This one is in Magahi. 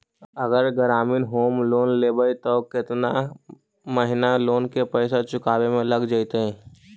अगर ग्रामीण होम लोन लेबै त केतना महिना लोन के पैसा चुकावे में लग जैतै?